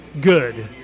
good